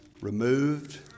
removed